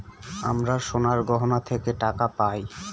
আমরা সোনার গহনা থেকে টাকা পায়